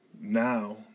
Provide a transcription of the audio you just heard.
now